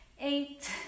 eight